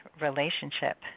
relationship